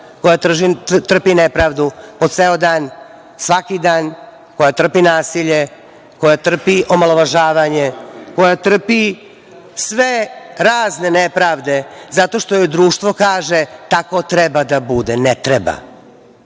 koja trpi nepravdu po ceo dan, svaki dan, koja trpi nasilje, koja trpi omalovažavanje, koja trpi sve razne nepravde, zato što joj društvo kaže – tako treba da bude. Ne treba.